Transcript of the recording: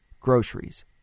groceries